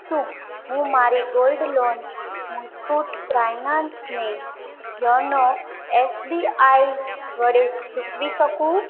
શું હું મારી ગોલ્ડ લોન મુથુટ ફાઇનાન્સને યોનો એસબીઆઈ વડે ચૂકવી શકું